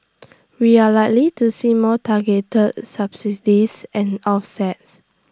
we are likely to see more targeted subsidies and offsets